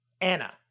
Anna